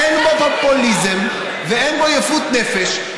אין בו פופוליזם ואין בו יפות נפש.